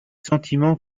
sentiments